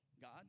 God